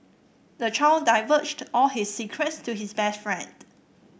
the child divulged all his secrets to his best friend